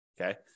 Okay